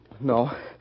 No